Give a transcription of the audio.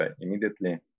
immediately